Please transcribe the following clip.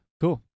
cool